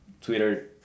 twitter